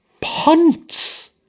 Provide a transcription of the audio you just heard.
punts